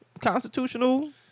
constitutional